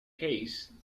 case